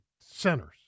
centers